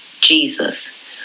Jesus